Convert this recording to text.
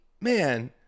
man